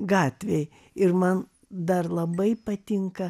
gatvėj ir man dar labai patinka